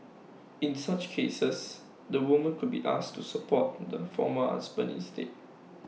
in such cases the woman could be asked to support the former husband instead